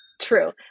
True